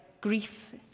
grief